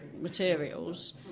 materials